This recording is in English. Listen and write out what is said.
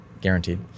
Guaranteed